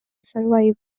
survived